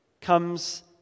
comes